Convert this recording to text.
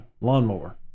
Lawnmower